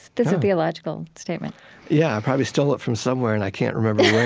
that's a theological statement yeah. i probably stole it from somewhere and i can't remember